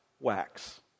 wax